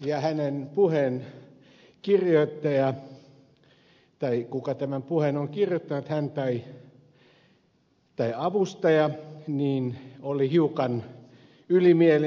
ja hänen puheensa kirjoittaja tai kuka sen puheen on kirjoittanut hän tai avustaja oli hiukan ylimielinen